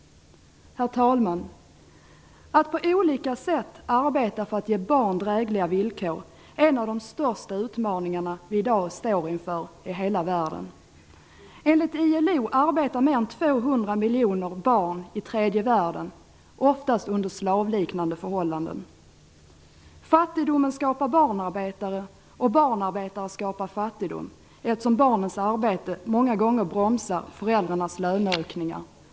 Herr talman! Att på olika sätt arbeta för att ge barn drägliga villkor är en av de största utmaningar vi i dag står inför i hela världen. Enligt ILO arbetar mer än 200 miljoner barn i tredje världen - oftast under slavliknande förhållanden. Fattigdomen skapar barnarbetare, och barnarbetare skapar fattigdom, eftersom barnens arbete många gånger bromsar föräldrarnas löneökningar.